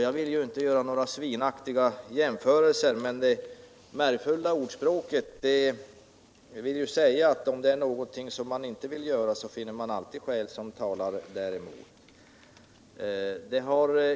Jag vill inte göra några svinaktiga jämförelser, men det värdefulla ordspråket vill säga. att om det är någonting man inte önskar göra, finner man också alltid skäl som talar mot att göra någonting.